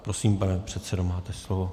Prosím, pane předsedo, máte slovo.